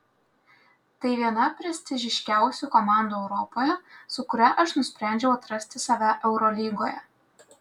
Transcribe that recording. tai viena prestižiškiausių komandų europoje su kuria aš nusprendžiau atrasti save eurolygoje